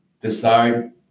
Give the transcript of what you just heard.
decide